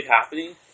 happening